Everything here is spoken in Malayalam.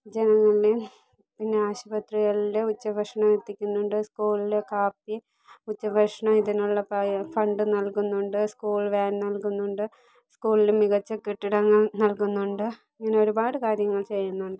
ജനങ്ങളിലെയും പിന്നെ ആശുപത്രികളിലെ ഉച്ചഭക്ഷണം എത്തിക്കുന്നുണ്ട് സ്കൂളിലെ കാപ്പി ഉച്ച ഭക്ഷണം ഇതിനുള്ള ഫണ്ട് നൽകുന്നുണ്ട് സ്കൂൾ വാൻ നൽകുന്നുണ്ട് സ്കൂളിലെ മികച്ച കെട്ടിടങ്ങൾ നൽകുന്നുണ്ട് ഇങ്ങനെ ഒരുപാട് കാര്യങ്ങൾ ചെയ്യുന്നുണ്ട്